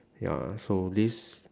ya so this